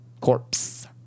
Corpse